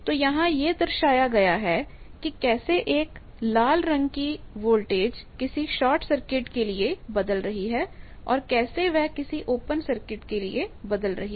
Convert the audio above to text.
तो यहां यह दर्शाया गया है कि कैसेएक लाल रंग की वोल्टेज किसी शॉर्टसर्किट के लिए बदल रही है और कैसे वह किसी ओपन सर्किट के लिए बदल रही है